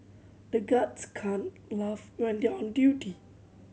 the guards can't laugh when they are on duty